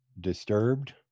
disturbed